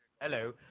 Hello